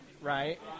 right